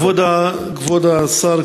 כבוד השר,